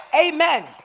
Amen